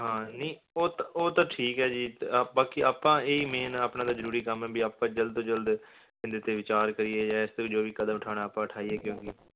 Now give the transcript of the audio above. ਹਾਂ ਨਹੀਂ ਓਹ ਤਾਂ ਉਹ ਤਾਂ ਠੀਕ ਹੈ ਜੀ ਬਾਕੀ ਆਪਾਂ ਇਹ ਮੇਨ ਆਪਣਾ ਤਾਂ ਜ਼ਰੂਰੀ ਕੰਮ ਵੀ ਆਪਾਂ ਜਲਦ ਤੋਂ ਜਲਦ ਇਹਦੇ 'ਤੇ ਵਿਚਾਰ ਕਰੀਏ ਜਾਂ ਇਸ 'ਤੇ ਵੀ ਜੋ ਵੀ ਕਦਮ ਉਠਾਉਣਾ ਆਪਾਂ ਉਠਾਈਏ ਕਿਉਂਕਿ